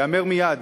ייאמר מייד,